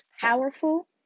powerful